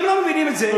אם לא מבינים את זה,